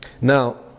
Now